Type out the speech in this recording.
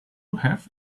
have